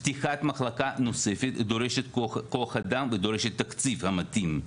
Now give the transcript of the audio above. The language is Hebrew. פתיחת מחלקה נוספת דורשת כוח אדם ודורשת תקציב מתאים.